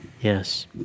Yes